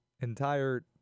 entire